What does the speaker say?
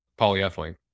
polyethylene